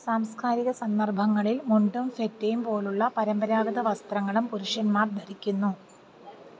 സാംസ്കാരിക സന്ദർഭങ്ങളിൽ മുണ്ടും സ്വെറ്റയും പോലുള്ള പരമ്പരാഗത വസ്ത്രങ്ങളും പുരുഷന്മാർ ധരിക്കുന്നു